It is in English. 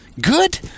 Good